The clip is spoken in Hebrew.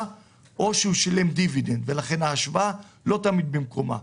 או שהוא שילם דיבידנד ולכן ההשוואה לא תמיד במקומה.